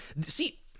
see